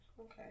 Okay